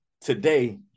today